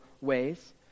ways